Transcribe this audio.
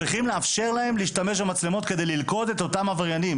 צריכים לאפשר להם להשתמש במצלמות כדי ללכוד את אותם עבריינים.